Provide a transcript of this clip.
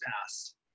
past